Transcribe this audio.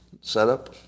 setup